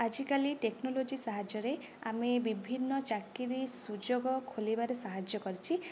ଆଜିକାଲି ଟେକ୍ନୋଲୋଜି ସାହାଯ୍ୟରେ ଆମେ ବିଭିନ୍ନ ଚାକିରୀ ସୁଯୋଗ ଖୋଲିବାରେ ସାହାଯ୍ୟ କରିଛି